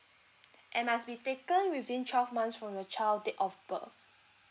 and must be taken within twelve months from the child date of birth